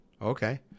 okay